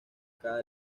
cada